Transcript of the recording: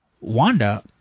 Wanda